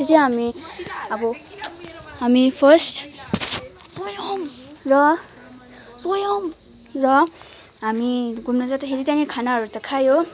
त्यो चाहिँ हामी अब हामी फर्स्ट र र हामी घुम्न जाँदाखेरि त्यहाँनिर खानाहरू त खायो